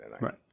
Right